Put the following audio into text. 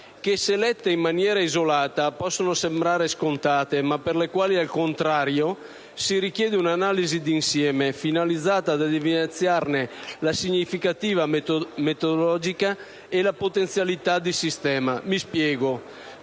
che, se lette in maniera isolata, possono sembrare scontate ma per le quali, al contrario, si richiede un'analisi d'insieme, finalizzata ad evidenziarne la significatività metodologica e la potenzialità di sistema. Mi spiego.